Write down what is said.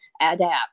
adapt